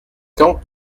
quand